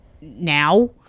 now